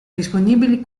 disponibili